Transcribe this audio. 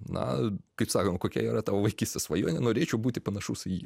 na kaip sakoma kokia yra tavo vaikystės svajonė norėčiau būti panašus į jį